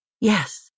Yes